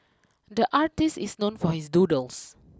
the artist is known for his doodles